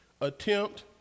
attempt